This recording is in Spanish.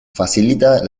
facilita